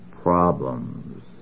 problems